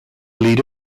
leader